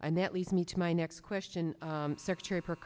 and that leads me to my next question secretary